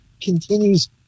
continues